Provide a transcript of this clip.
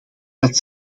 dat